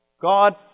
God